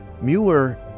Mueller